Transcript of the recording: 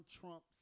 Trump's